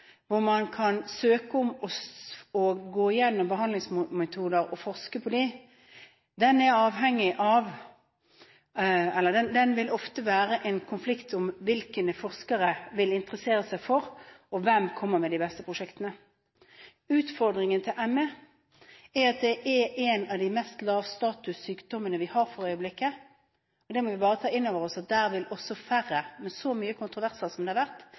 hvor man kan søke om å gå gjennom behandlingsmetoder og forske på dem, vil ofte være en konflikt rundt hvilke metoder forskere vil interessere seg for, og hvem som kommer med de beste prosjektene. Utfordringen når det gjelder ME, er at det er en av de sykdommene med lavest status vi har for øyeblikket. Det må vi bare ta inn over oss. Og med så mye kontroverser som det har vært,